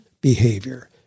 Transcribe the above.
behavior